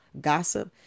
Gossip